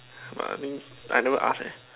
but I think I never ask eh